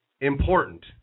important